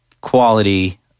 quality